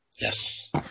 Yes